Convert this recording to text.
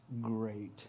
great